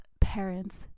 parents